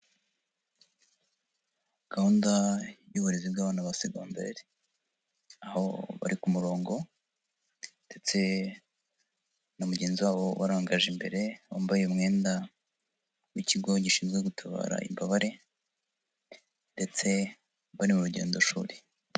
Gahunda y'uburezi bw'abana ba segondari, aho bari ku murongo ndetse na mugenzi wabo ubarangaje imbere, wambaye umwenda w'ikigo gishinzwe gutabara imbabare ndetse bari mu rugendoshuri.